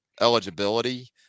eligibility